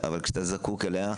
אבל כשאתה זקוק לה,